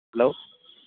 hello